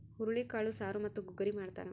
ಹುರುಳಿಕಾಳು ಸಾರು ಮತ್ತು ಗುಗ್ಗರಿ ಮಾಡ್ತಾರ